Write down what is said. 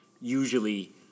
Usually